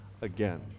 again